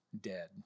dead